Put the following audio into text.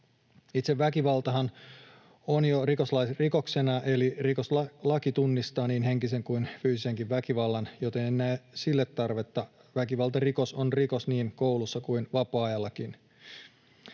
Itse väkivaltahan on jo rikos, eli rikoslaki tunnistaa niin henkisen kuin fyysisenkin väkivallan, joten en näe sille muutokselle tarvetta. Väkivaltarikos on rikos niin koulussa kuin vapaa-ajallakin.